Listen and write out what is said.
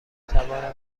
توانم